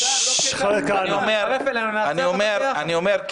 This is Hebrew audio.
אני אומר,